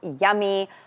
yummy